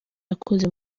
yakoze